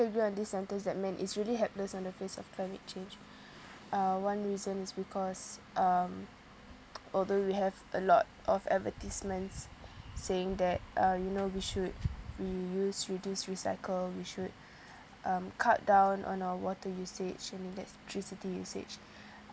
agree on this sentence that man is really helpless on the face of climate change uh one reason is because um although we have a lot of advertisements saying that uh you know we should reuse reduce recycle we should um cut down on our water usage and electricity usage